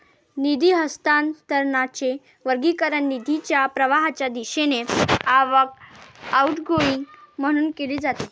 निधी हस्तांतरणाचे वर्गीकरण निधीच्या प्रवाहाच्या दिशेने आवक, आउटगोइंग म्हणून केले जाते